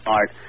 Art